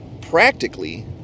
practically